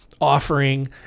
offering